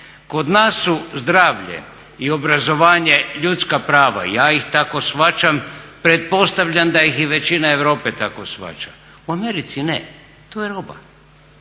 Kod nas su zdravlje i obrazovanje ljudska prava, ja ih tako shvaćam. Pretpostavljam da ih i većina Europe tako shvaća, u Americi ne, to je roba.